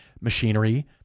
machinery